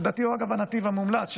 שלדעתי הוא הנתיב המומלץ,